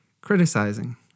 Criticizing